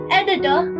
editor